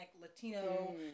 latino